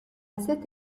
cette